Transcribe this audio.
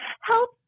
help